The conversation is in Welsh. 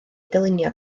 dylunio